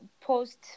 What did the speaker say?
post